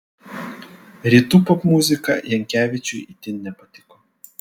rytų popmuzika jankevičiui itin nepatiko